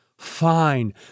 Fine